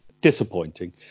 disappointing